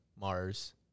Mars